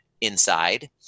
inside